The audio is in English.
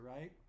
right